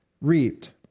reaped